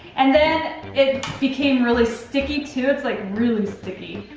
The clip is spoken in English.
and then it became really sticky to, it's like really sticky.